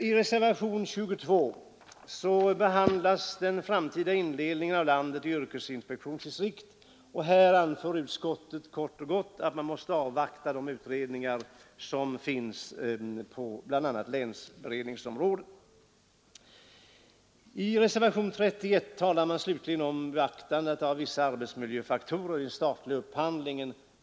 I reservation 22 behandlas den framtida indelningen av landet i yrkesinspektionsdistrikt, och här anför utskottet kort och gott att man måste avvakta de utredningar som pågår på bl.a. länsberedningsområdet. I reservation 31 talar man om beaktandet av vissa arbetsmiljöfaktorer vid den statliga upphandlingen.